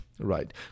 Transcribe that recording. right